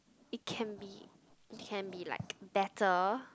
it can be it can be like better